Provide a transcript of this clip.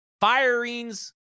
firings